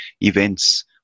events